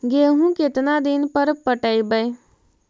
गेहूं केतना दिन पर पटइबै?